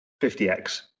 50x